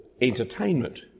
entertainment